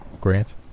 Grant